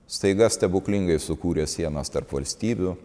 staiga stebuklingai sukūrė sienas tarp valstybių